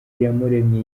iyamuremye